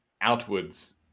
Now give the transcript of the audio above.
outwards